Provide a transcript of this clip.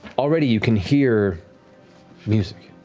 already, you can hear music,